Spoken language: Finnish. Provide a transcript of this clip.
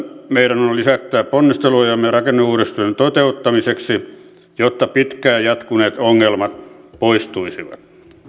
meidän on lisättävä ponnistelujamme rakenneuudistuksen toteuttamiseksi jotta pitkään jatkuneet ongelmat poistuisivat